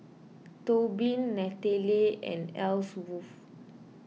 Tobin Natalie and Ellsworth